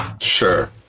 sure